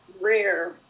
rare